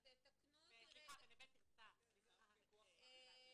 סליחה, ב'נוה תרצה'.